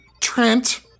Trent